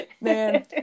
man